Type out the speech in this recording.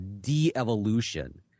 de-evolution